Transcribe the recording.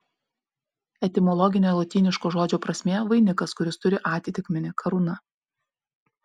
etimologinė lotyniško žodžio prasmė vainikas kuris turi atitikmenį karūna